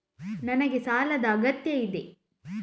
ನನಗೆ ಸಾಲದ ಅಗತ್ಯ ಇದೆ?